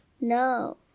No